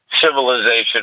civilization